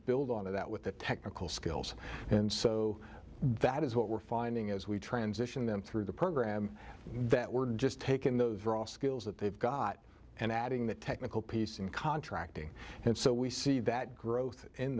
build on that with the technical skills and so that is what we're finding as we transition them through the program that we're just taken those are all skills that they've got and adding the technical piece and contracting and so we see that growth in